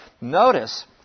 Notice